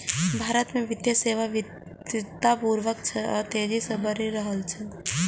भारत मे वित्तीय सेवा विविधतापूर्ण छै आ तेजी सं बढ़ि रहल छै